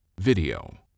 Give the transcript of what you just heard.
Video